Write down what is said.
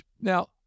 Now-